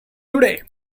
today